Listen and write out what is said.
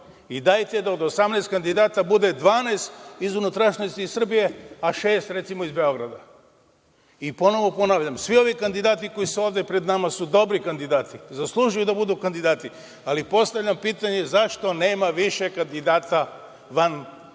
Dajte da od 18 kandidata bude 12 iz unutrašnjosti Srbije, a šest, recimo, iz Beograda. Ponovo ponavljam, svi ovi kandidati koji su ovde pred nama su dobri kandidati i zaslužuju da budu kandidati, ali postavljam pitanje – zašto nema više kandidata van Beograda?